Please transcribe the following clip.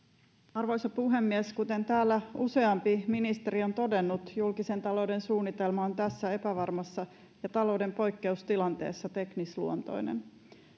arvoisa puhemies kuten täällä useampi ministeri on todennut julkisen talouden suunnitelma on tässä epävarmassa ja talouden poikkeustilanteessa teknisluontoinen